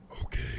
Okay